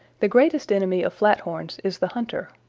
the greatest enemy of flathorns is the hunter,